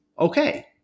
okay